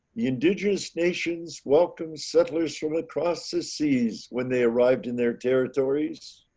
the indigenous nations welcome settlers from across the seas when they arrived in their territories.